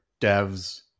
devs